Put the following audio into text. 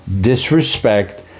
disrespect